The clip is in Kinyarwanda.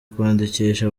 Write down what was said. kwandikisha